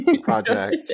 project